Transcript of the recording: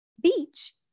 beach